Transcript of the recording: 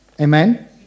Amen